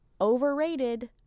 Overrated